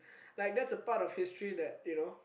like that's a part of history that you know